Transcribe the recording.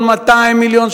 1.2 מיליון,